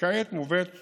וכעת מובאת